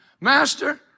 Master